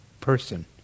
person